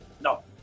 no